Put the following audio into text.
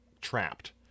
trapped